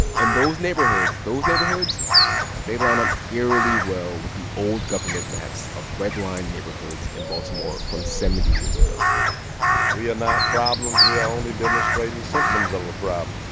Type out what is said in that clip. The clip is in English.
and those neighborhoods those neighborhoods they lineup eerily well with the old government maps of redlined neighborhoods in baltimore from seventy years ago we are not problems. we are only demonstrating symptoms of a problem,